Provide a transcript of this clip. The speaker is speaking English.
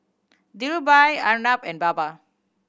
Dhirubhai Arnab and Baba